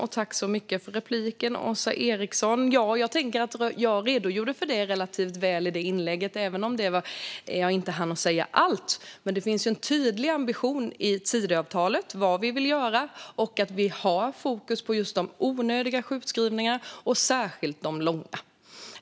Herr talman! Jag tycker att jag redogjorde relativt väl för det i det inlägget, även om jag inte hann säga allt. Det finns en tydlig ambition i Tidöavtalet för vad vi vill göra. Vi har fokus på just de onödiga sjukskrivningarna, särskilt de långa.